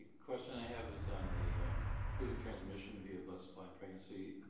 question i have is on the including transmission via blood supply in pregnancy,